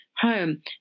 home